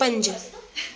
पंज